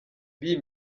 b’iyi